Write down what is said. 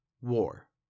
war